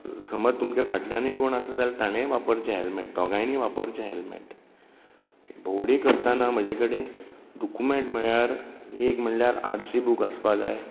समज तुमच्या फाटल्यानूय कोण आसा जाल्यार ताणेंय वापरचें हॅलमॅट दोगांयनी वापरचें हॅलमॅट भोंवडी करताना म्हजे कडे डुकुमॅट म्हळ्यार एक म्हणल्यार आरसी बूक आसपा जाय